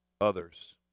others